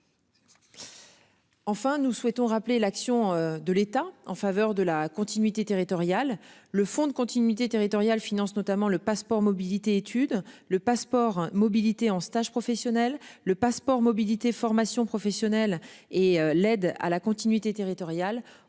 Enfin, nous souhaitons rappeler l'action de l'État en faveur de la continuité territoriale, le fond de continuité territoriale finance notamment le passeport mobilité études le passeport mobilité en stage professionnel le passeport mobilité formation professionnelle et l'aide à la continuité territoriale.